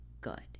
good